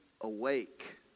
awake